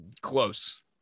close